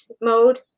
mode